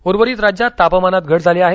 उर्वरित राज्यात तापमानात घट झाली आहे